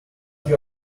you